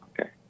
Okay